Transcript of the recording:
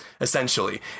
essentially